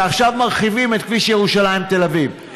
ועכשיו מרחיבים את כביש ירושלים תל אביב.